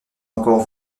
encore